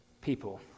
people